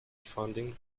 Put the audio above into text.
funding